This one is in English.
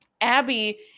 Abby